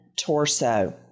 torso